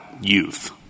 youth